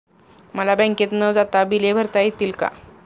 मला बँकेत न जाता बिले भरता येतील का?